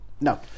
no